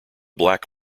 black